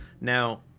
Now